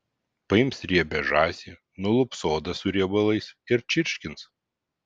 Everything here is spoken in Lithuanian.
paims riebią žąsį nulups odą su riebalais ir čirškins